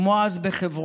כמו אז בחברון,